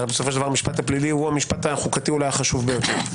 בסופו של דבר המשפט הפלילי הוא המשפט החוקתי אולי החשוב ביותר.